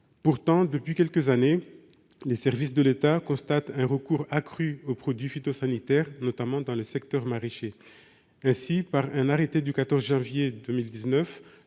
Pourtant, depuis quelques années, les services de l'État constatent un recours accru aux produits phytosanitaires, notamment dans le secteur maraîcher. Ainsi, par un arrêté du 14 janvier 2019,